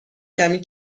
کمی